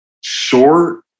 short